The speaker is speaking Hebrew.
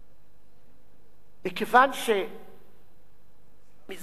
מכיוון שזה 37 שנים